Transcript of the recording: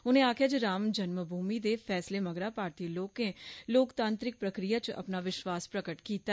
उर्ने आक्खेया जे राम जन्म भूमि दे फैसले मगरा भारतीय लोकें लोकतांत्रिक प्रक्रिया च अपना विशवास प्रगट कीता